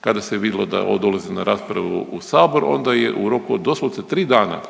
Kada se vidjelo da ovo dolazi na raspravu u sabor, onda je u roku od doslovce 3 dana